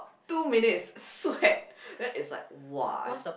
two minutes sweat then it's like !wah!